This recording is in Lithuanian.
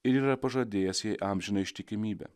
ir yra pažadėjęs jai amžiną ištikimybę